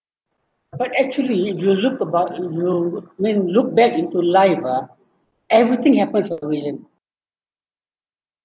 but actually you look about you I mean look back into life ah everything happens for a reason